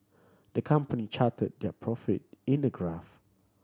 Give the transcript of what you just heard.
the company charted their profit in a graph